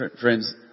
friends